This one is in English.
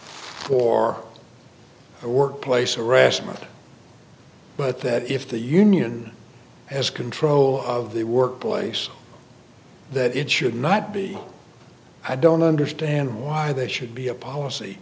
for workplace harassment but that if the union has control of the workplace that it should not be i don't understand why that should be a policy